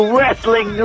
Wrestling